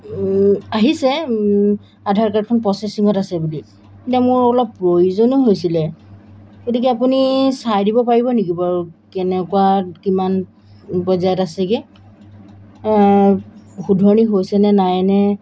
আহিছে আধাৰ কাৰ্ডখন প্ৰচেচিঙত আছে বুলি এতিয়া মোৰ অলপ প্ৰয়োজনো হৈছিলে গতিকে আপুনি চাই দিব পাৰিব নেকি বাৰু কেনেকুৱা কিমান পৰ্যায়ত আছেগৈ শুধৰণি হৈছেনে নাইনে